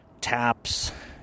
Taps